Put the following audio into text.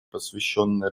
посвященной